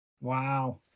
Wow